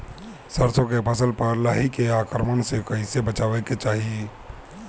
सरसो के फसल पर लाही के आक्रमण से कईसे बचावे के चाही?